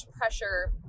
pressure